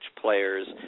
players